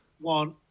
one